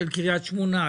של קרית שמונה,